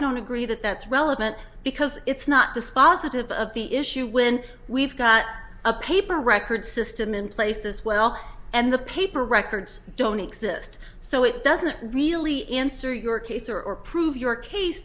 don't agree that that's relevant because it's not dispositive of the issue when we've got a paper record system in place as well and the paper records don't exist so it doesn't really answer your case or or prove your case